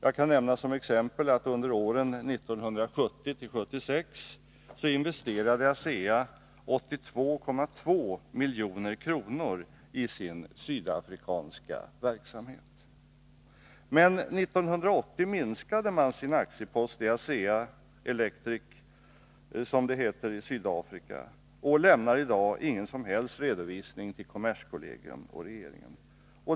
Jag kan såsom ett exempel nämna att ASEA under åren 1970-1976 investerade 82,2 milj.kr. i sin sydafrikanska verksamhet. Men 1980 minskade man sin aktieposti ASEA Elektric, som företaget i Sydafrika heter, och man lämnar i dag ingen som helst redovisning till kommerskollegium och regering.